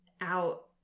out